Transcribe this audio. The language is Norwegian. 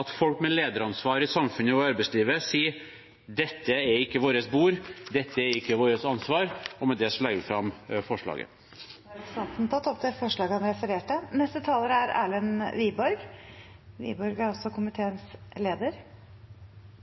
at folk med lederansvar i samfunnet og arbeidslivet sier at dette er ikke vårt bord, dette er ikke vårt ansvar. Med det legger jeg fram forslaget fra Arbeiderpartiet og SV. Representanten Arild Grande har tatt opp det forslaget han refererte til. Saken vi behandler nå, er en sak der alle er